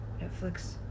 Netflix